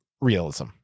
realism